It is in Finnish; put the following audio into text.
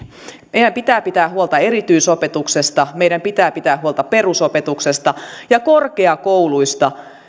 meidän pitää pitää huolta erityisopetuksesta meidän pitää pitää huolta perusopetuksesta ja korkeakouluista